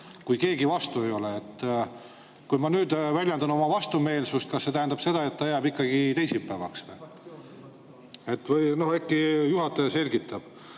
kui keegi vastu ei ole. Kui ma nüüd väljendan vastumeelsust, kas see tähendab seda, et see jääb ikkagi teisipäevaks? Äkki juhataja selgitab.